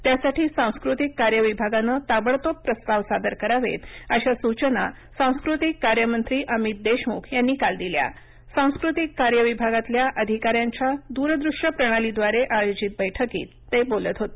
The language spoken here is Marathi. त्यासाठी सांस्कृतिक कार्य विभागानं ताबडतोब प्रस्ताव सादर करावेत अशा सूचना सांस्कृतिक कार्य मंत्री अमित देशमुख यांनी काल दिल्या सांस्कृतिक कार्य विभागातील अधिकाऱ्यांच्यादूरदृष्य प्रणालीद्वारे आयोजित बैठकीत ते बोलत होते